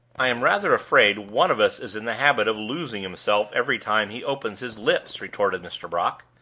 i am rather afraid one of us is in the habit of losing himself every time he opens his lips, retorted mr. brock.